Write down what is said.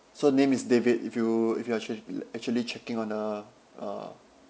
so name is david if you if you're actua~ actually checking on the uh